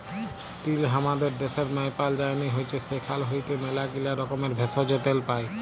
তিল হামাদের ড্যাশের মায়পাল যায়নি হৈচ্যে সেখাল হইতে ম্যালাগীলা রকমের ভেষজ, তেল পাই